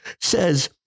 says